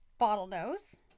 bottlenose